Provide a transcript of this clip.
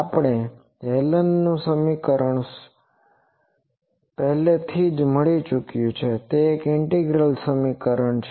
આપણને હેલેનનું સુત્રીકરણ પહેલાથી મળી ચૂક્યું છે તે એક ઇન્ટિગ્રલ સમીકરણ છે